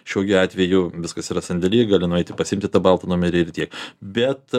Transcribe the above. šiuo gi atveju viskas yra sandėly gali nueiti pasiimti tą baltą numerį ir tiek bet